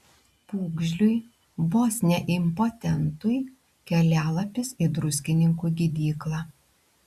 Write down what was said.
pūgžliui vos ne impotentui kelialapis į druskininkų gydyklą